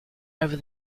over